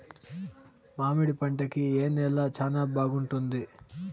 మామిడి పంట కి ఏ నేల చానా బాగుంటుంది